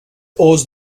owes